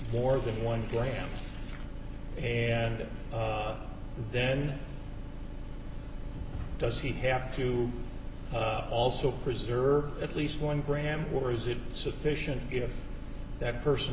more than one gland and then does he have to also preserve at least one gram where is it sufficient if that person